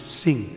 sing